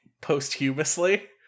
posthumously